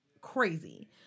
Crazy